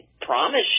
promise